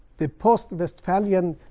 the post-westphalian